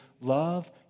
love